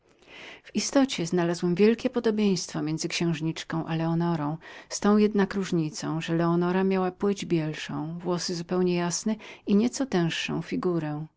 w istocie znalazłem wielkie podobieństwo między księżniczką a leonorą z tą jednak różnicą że ostatnia miała płeć bielszą włosy zupełnie jasne i była nieco otylszą tak